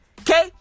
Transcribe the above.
Okay